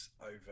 over